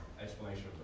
explanation